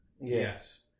Yes